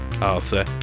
Arthur